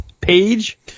page